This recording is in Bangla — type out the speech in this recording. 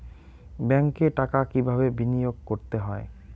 ব্যাংকে টাকা কিভাবে বিনোয়োগ করতে হয়?